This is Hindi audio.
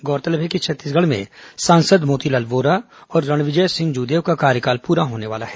गौरतलब है कि छत्तीसगढ़ में सांसद मोतीलाल वोरा और रणविजय सिंह जूदेव का कार्यकाल पूरा होने वाला है